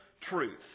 truth